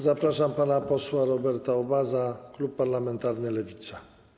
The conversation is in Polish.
Zapraszam pana posła Roberta Obaza, klub parlamentarny Lewica.